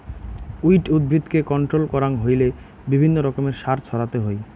weed উদ্ভিদকে control করাং হইলে বিভিন্ন রকমের সার ছড়াতে হই